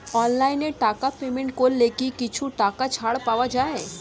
অনলাইনে টাকা পেমেন্ট করলে কি কিছু টাকা ছাড় পাওয়া যায়?